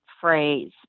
phrase